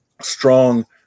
strong